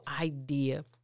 idea